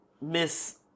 Miss